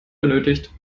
benötigt